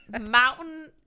Mountain